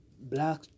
black